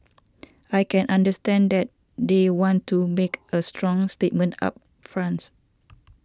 I can understand that they want to make a strong statement up front